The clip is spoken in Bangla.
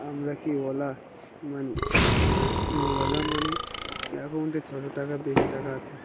আমরা কি ওলা মানি ওলা মানি অ্যাকাউন্টে ছশো টাকা বেশি টাকা আছে